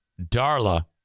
Darla